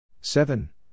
seven